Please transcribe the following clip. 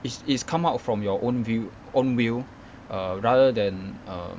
is is come out from your own view own will err rather than err